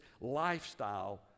lifestyle